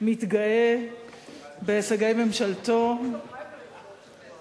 מתגאה בהישגי ממשלתו, יש לו פריימריז בעוד שבוע.